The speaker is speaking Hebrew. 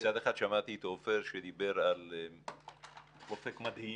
מצד אחד שמעתי את עופר שדיבר על אופק מדהים.